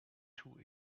too